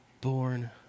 born